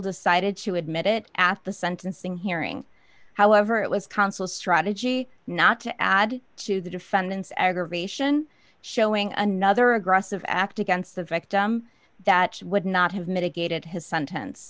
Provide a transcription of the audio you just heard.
decided to admit it at the sentencing hearing however it was counsel strategy not to add to the defendant's aggravation showing another aggressive act against the victim that would not have mitigated his senten